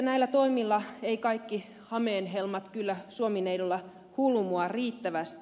näillä toimilla eivät kaikki hameenhelmat kyllä suomi neidolla hulmua riittävästi